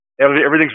everything's